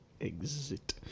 exit